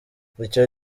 icyo